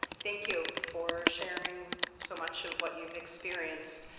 thank you for sharing so much of what you've experienced.